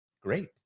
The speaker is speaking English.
great